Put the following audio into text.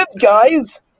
guys